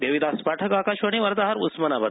देविदास पाठक आकाशवाणी वार्ताहर उस्मानाबाद